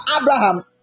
Abraham